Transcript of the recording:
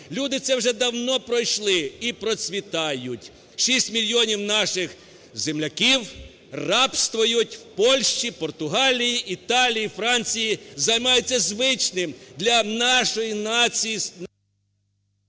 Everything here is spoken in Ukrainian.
люди це вже давно пройшли і процвітають. Шість мільйонів наших земляків рабствують в Польщі, Португалії, Італії, Франції, займаються звичним для нашої нації...